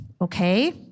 okay